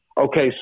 Okay